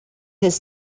this